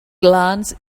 glance